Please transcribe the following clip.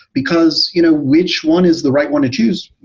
because you know which one is the right one to choose?